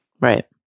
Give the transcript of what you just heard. Right